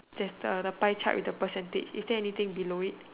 there's the the pie chart in the percentage is there anything below it